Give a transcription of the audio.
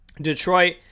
Detroit